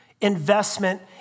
investment